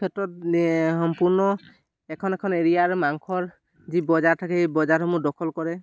এই ক্ষেত্ৰত সম্পূৰ্ণ এখন এখন এৰিয়াৰ মাংসৰ যি বজাৰ থাকে সেই বজাৰসমূহ দখল কৰে